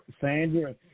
Sandra